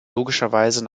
logischerweise